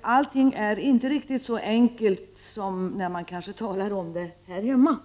Allting är alla gånger inte riktigt så enkelt som det är när vi talar om det här hemma.